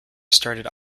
started